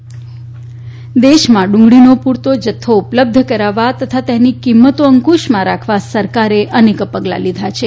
ડુંગળી દેશમાં ડુંગળીનો પુરતો જથ્થો ઉપલબ્ધ કરાવવા તથા તેની કિંમતો અંકુશમાં રાખવા સરકારે અનેક પગલા લીધા છે